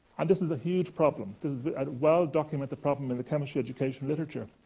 and this is a huge problem this is but and a well-documented problem in the chemistry education literature.